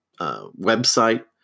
website